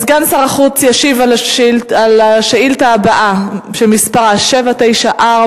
סגן שר החוץ ישיב על שאילתא מס' 794,